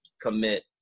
commit